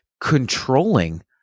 controlling